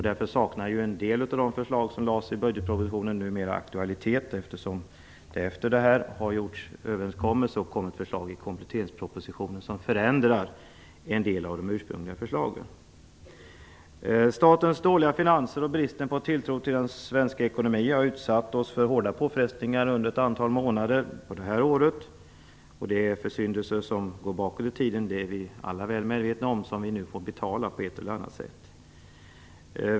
Därför saknar en del av de förslag som lades i budgetpropositionen numera aktualitet. Det har ju gjorts överenskommelser och man har kommit med förslag i kompletteringspropositionen som förändrar en del av de ursprungliga förslagen. Statens dåliga finanser och bristen på tilltro till den svenska ekonomin har utsatt oss för hårda påfrestningar under ett antal månader det här året. Vi är alla väl medvetna om att det är försyndelser som går bakåt i tiden och som vi nu får betala för på ett eller annat sätt.